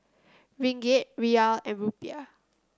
Ringgit Riyal and Rupiah